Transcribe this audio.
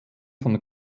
von